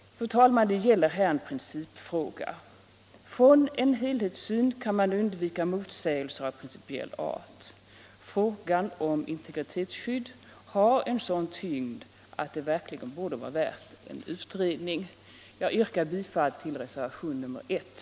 Det gäller här en principfråga. Från en helhetssyn kan man undvika mot sägelser av principiell art. Frågan >m integritetsskydd har sådan tyngd att den verkligen borde vara värd en utredning. Jag yrkar därför bifall till reservationen 1.